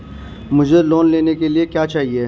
मुझे लोन लेने के लिए क्या चाहिए?